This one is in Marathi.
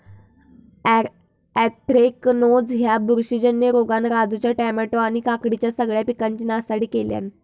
अँथ्रॅकनोज ह्या बुरशीजन्य रोगान राजूच्या टामॅटो आणि काकडीच्या सगळ्या पिकांची नासाडी केल्यानं